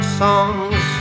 songs